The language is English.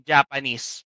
Japanese